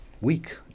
Week